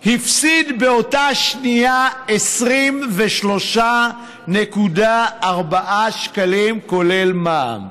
הפסיד באותה שנייה 23.4 שקלים כולל מע"מ.